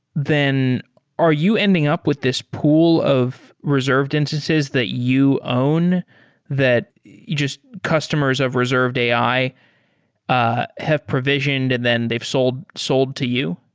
then are you ending up with this pool of reserved instances that you own that just customers of reserved ai ah have provisioned and then they've sold sold to you?